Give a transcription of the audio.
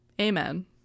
Amen